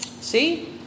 See